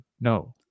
no